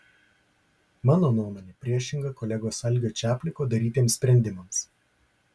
mano nuomonė priešinga kolegos algio čapliko darytiems sprendimams